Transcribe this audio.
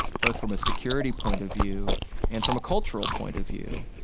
both from a security point of view and from a cultural point of view,